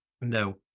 No